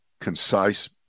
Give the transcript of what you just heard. concise